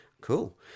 Cool